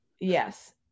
yes